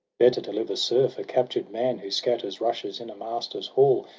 better to live a serf, a captured man. who scatters rushes in a master's hall,